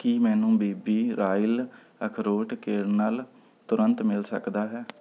ਕੀ ਮੈਨੂੰ B B royal ਅਖਰੋਟ kernel ਤੁਰੰਤ ਮਿਲ ਸਕਦਾ ਹੈ